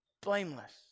blameless